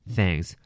Thanks